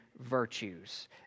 virtues